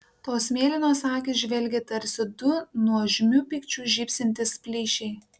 tos mėlynos akys žvelgė tarsi du nuožmiu pykčiu žybsintys plyšiai